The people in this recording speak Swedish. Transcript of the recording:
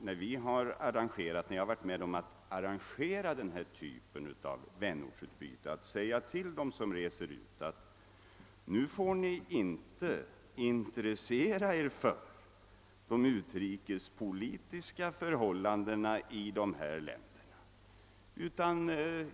Jag har aldrig när jag varit med om att arrangera denna typ av vänortsarbete hört att man på något sätt sagt till dem som reser ut att de inte får intressera sig för de utrikespolitiska förhållandena i länderna i fråga.